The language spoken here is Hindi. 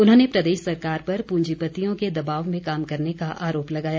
उन्होंने प्रदेश सरकार पर पूंजीपतियों के दबाव में काम करने का आरोप लगाया